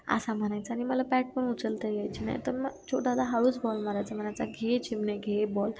असा म्हणायचा आणि मला बॅट पण उचलता यायची नाही तर मग चे दादा हळूच बॉल मरायचा म्हणायचा घे चिमणे घे बॉल